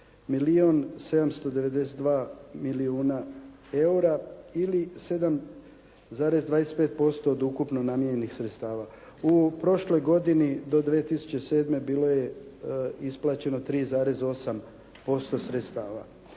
792 milijuna eura, ili 7,25% od ukupno namijenjenih sredstava. U prošloj godini do 2007. bilo je isplaćeno 3,8% sredstava.